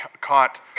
caught